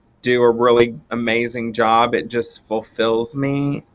do a really amazing job it just fulfills me.